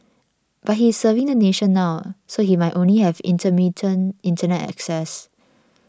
but he is serving the nation now so he might only have intermittent Internet access